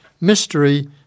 mystery